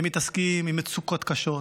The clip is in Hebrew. הם מתעסקים עם מצוקות קשות,